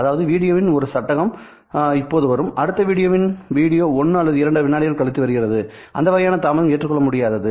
அதாவது வீடியோவின் ஒரு சட்டகம் இப்போது வரும்அடுத்த வீடியோவின் வீடியோ 1 அல்லது 2 விநாடிகள் கழித்து வருகிறது அந்த வகையான தாமதம் ஏற்றுக்கொள்ள முடியாதது